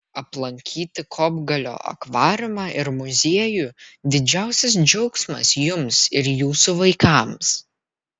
aplankyti kopgalio akvariumą ir muziejų didžiausias džiaugsmas jums ir jūsų vaikams